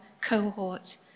cohort